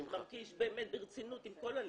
מר קיש, באמת ברצינות עם כל הלב,